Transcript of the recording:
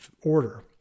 order